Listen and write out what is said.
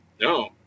No